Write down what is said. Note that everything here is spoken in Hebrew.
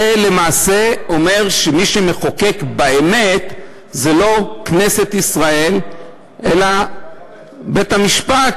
זה למעשה אומר שמי שמחוקק באמת זה לא כנסת ישראל אלא בית-המשפט,